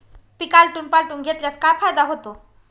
पीक आलटून पालटून घेतल्यास काय फायदा होतो?